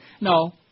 No